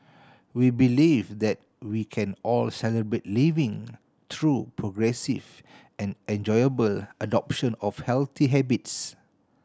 we believe that we can all Celebrate Living through progressive and enjoyable adoption of healthy habits